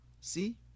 See